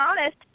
honest